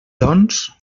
doncs